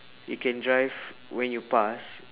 you can drive when you pass